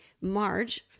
Marge